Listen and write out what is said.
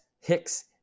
Hicks